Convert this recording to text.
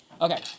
Okay